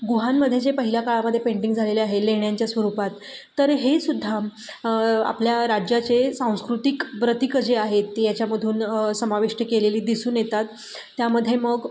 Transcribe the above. गुहांमध्ये जे पहिल्या काळामधे पेंटिंग झालेले आहे लेण्यांच्या स्वरूपात तर हे सुद्धा आपल्या राज्याचे सांस्कृतिक प्रतिकं जे आहेत ती याच्यामधून समाविष्ट केलेली दिसून येतात त्यामध्ये मग